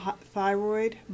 thyroid